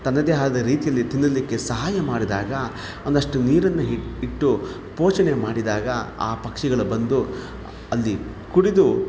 ತನ್ನದೇ ಆದ ರೀತಿಯಲ್ಲಿ ತಿನ್ನಲಿಕ್ಕೆ ಸಹಾಯ ಮಾಡಿದಾಗ ಒಂದಷ್ಟು ನೀರನ್ನು ಇಟ್ಟು ಇಟ್ಟು ಪೋಷಣೆ ಮಾಡಿದಾಗ ಆ ಪಕ್ಷಿಗಳು ಬಂದು ಅಲ್ಲಿ ಕುಡಿದು